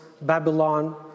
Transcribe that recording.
Babylon